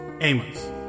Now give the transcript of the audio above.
Amos